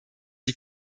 die